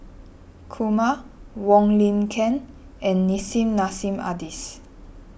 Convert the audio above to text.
Kumar Wong Lin Ken and Nissim Nassim Adis